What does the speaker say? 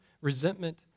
resentment